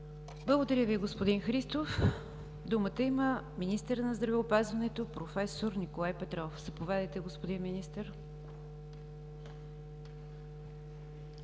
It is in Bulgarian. Благодаря Ви, господин Христов. Думата има министърът на здравеопазването проф. Николай Петров. Заповядайте, господин Министър.